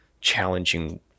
challenging